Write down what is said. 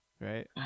right